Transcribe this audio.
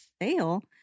fail